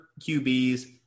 QBs